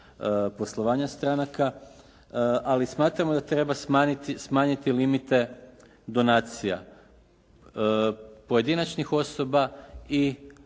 poslovanja stranaka, ali smatramo da treba smanjiti limite donacija pojedinačnih osoba i fizičkih